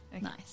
Nice